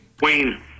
Wayne